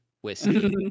whiskey